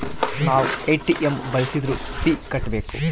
ನಾವ್ ಎ.ಟಿ.ಎಂ ಬಳ್ಸಿದ್ರು ಫೀ ಕಟ್ಬೇಕು